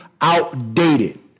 outdated